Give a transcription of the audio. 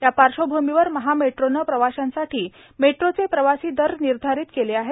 या पार्श्वभूमीवर महा मेट्रोनं प्रवाश्यांसाठी मेट्रोचे प्रवासी दर निर्धारित केले आहेत